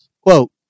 quote